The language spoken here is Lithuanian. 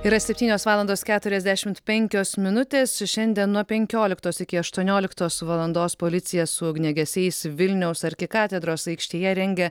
yra septynios valandos keturiasdešimt penkios minutės šiandien nuo penkioliktos iki aštuonioliktos valandos policija su ugniagesiais vilniaus arkikatedros aikštėje rengia